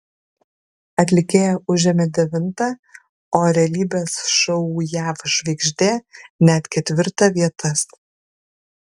atlikėja užėmė devintą o realybės šou jav žvaigždė net ketvirtą vietas